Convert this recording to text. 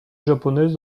japonaise